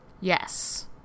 Yes